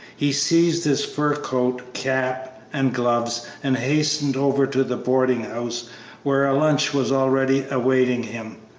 he seized his fur coat, cap, and gloves, and hastened over to the boarding-house where a lunch was already awaiting him.